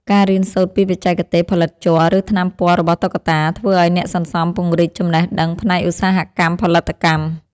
ការរៀនសូត្រពីបច្ចេកទេសផលិតជ័រ ឬថ្នាំពណ៌របស់តុក្កតា ធ្វើឱ្យអ្នកសន្សំពង្រីកចំណេះដឹងផ្នែកឧស្សាហកម្មផលិតកម្ម។